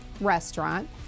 restaurant